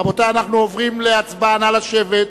רבותי, אנחנו עוברים להצבעה, נא לשבת.